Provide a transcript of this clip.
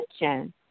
attention